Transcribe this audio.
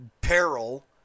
peril